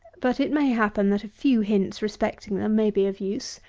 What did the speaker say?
but it may happen that a few hints respecting them may be of use.